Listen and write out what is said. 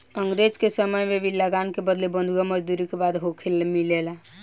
अंग्रेज के समय में भी लगान के बदले बंधुआ मजदूरी के बात देखे के मिलेला